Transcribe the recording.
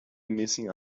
missing